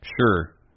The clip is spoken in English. Sure